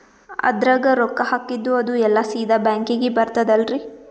ಅದ್ರಗ ರೊಕ್ಕ ಹಾಕಿದ್ದು ಅದು ಎಲ್ಲಾ ಸೀದಾ ಬ್ಯಾಂಕಿಗಿ ಬರ್ತದಲ್ರಿ?